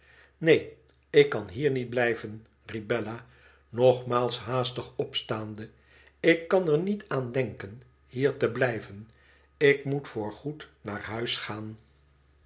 neen ik kan hier niet blijven riep bella nogmaals haastig opstaande ik kan er niet aan denken hier te blijven ik moet voorgoed naar huis gaan